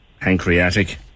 Pancreatic